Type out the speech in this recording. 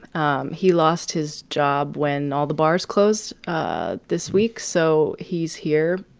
um he lost his job when all the bars closed ah this week. so he's here.